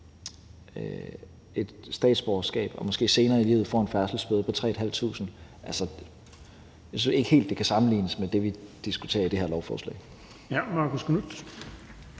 et statsborgerskab og måske senere i livet får en færdselsbøde på 3.500 kr., synes jeg ikke helt kan sammenlignes med det, vi diskuterer med det her lovforslag. Kl. 15:38 Den fg.